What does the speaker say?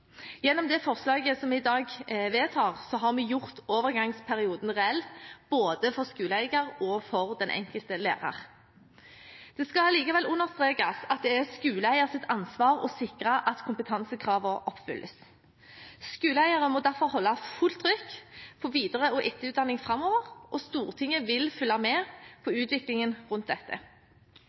Gjennom det forslaget som vi i dag vedtar, har vi gjort overgangsperioden reell, både for skoleeier og for den enkelte lærer. Det skal likevel understrekes at det er skoleeiers ansvar å sikre at kompetansekravene oppfylles. Skoleeiere må derfor holde fullt trykk på videre og etterutdanning framover, og Stortinget vil følge med på utviklingen rundt dette.